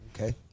Okay